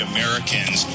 Americans